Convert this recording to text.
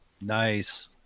nice